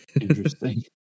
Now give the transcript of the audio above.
interesting